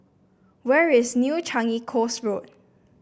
where is New Changi Coast Road